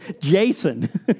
Jason